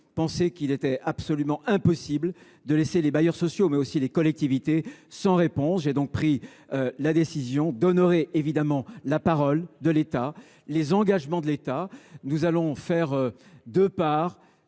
considéré qu’il était absolument impossible de laisser les bailleurs sociaux, mais aussi les collectivités, sans réponse. J’ai donc pris la décision d’honorer la parole et les engagements de l’État. Nous allons faire deux parts